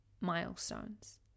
milestones